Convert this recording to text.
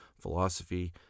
philosophy